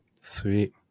Sweet